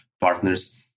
partners